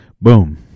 boom